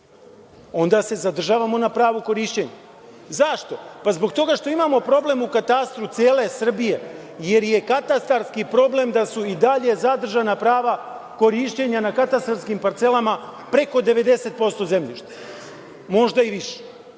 onda se zadržavamo na pravu korišćenja. Zašto? Zbog toga što imamo problem u katastru cele Srbije, jer je katastarski problem da su i dalje zadržana prava korišćenja na katastarskim parcelama preko 90% zemljišta, možda i više. Prema